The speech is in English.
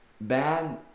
bad